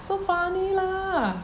so funny lah